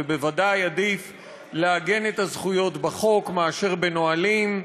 ובוודאי עדיף לעגן את הזכויות בחוק מאשר בנהלים.